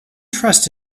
trust